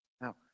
Now